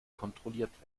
kontrolliert